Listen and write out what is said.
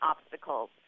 obstacles